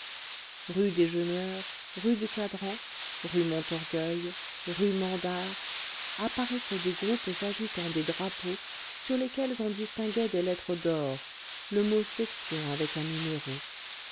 rue des jeûneurs rue du cadran rue montorgueil rue mandar apparaissaient des groupes agitant des drapeaux sur lesquels on distinguait des lettres d'or le mot section avec un numéro